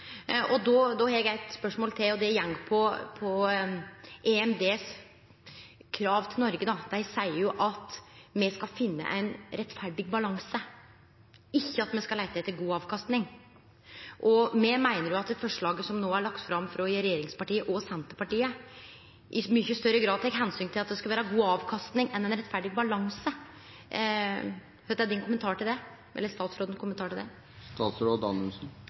Då har eg eit spørsmål til, og det handlar om krava frå EMD til Noreg. Dei seier at me skal finne ein rettferdig balanse, ikkje at me skal leite etter god avkastning. Me meiner at det forslaget som no er lagt fram frå regjeringspartia og Senterpartiet, i mykje større grad tek omsyn til at det skal vere ein god avkastning enn til ein rettferdig balanse. Kva er statsrådens kommentar til det?